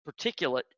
particulate